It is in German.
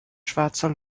schwarzer